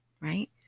Right